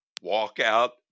walk-out